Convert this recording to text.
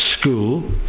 school